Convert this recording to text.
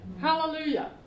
Hallelujah